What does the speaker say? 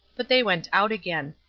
but they went out again.